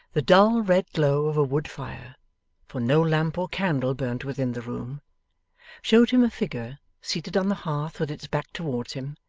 the dull, red glow of a wood fire for no lamp or candle burnt within the room showed him a figure, seated on the hearth with its back towards him,